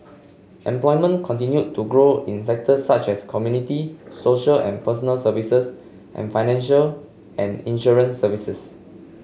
employment continued to grow in sectors such as community social and personal services and financial and insurance services